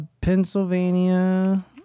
Pennsylvania